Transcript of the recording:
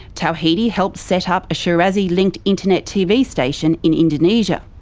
tawhidi helped set up a shirazi-linked internet tv station in indonesia.